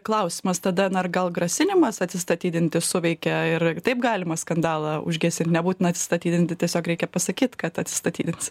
klausimas tada na ar gal grasinimas atsistatydinti suveikė ir taip galima skandalą užgesint nebūtina atsistatydinti tiesiog reikia pasakyt kad atsistatydinsi